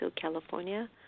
California